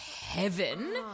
heaven